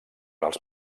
als